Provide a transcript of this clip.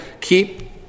keep